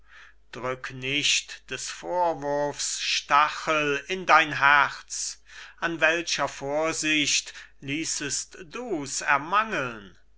drück nicht des vorwurfs stachel in dein herz an welcher vorsicht ließest du's ermangeln